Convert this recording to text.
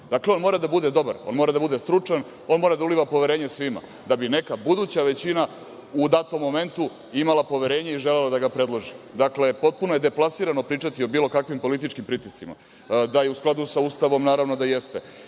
Dakle, on mora da bude dobar, mora da bude stručan, on mora da uliva poverenje svima, da bi neka buduća većina u datom momentu imala poverenje i želela da ga predloži. Potpuno je deplasirano pričati o bilo kakvim političkih pritiscima, da je u skladu sa Ustavom, naravno da jeste,